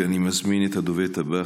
אני מזמין את הדוברת הבאה,